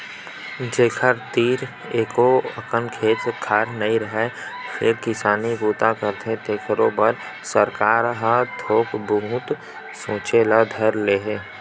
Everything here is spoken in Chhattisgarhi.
जेखर तीर एको अकन खेत खार नइ हे फेर किसानी बूता करथे तेखरो बर सरकार ह थोक बहुत सोचे ल धर ले हे